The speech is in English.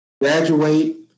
Graduate